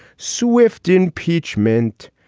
swift impeachment,